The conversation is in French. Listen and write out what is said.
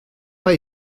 pas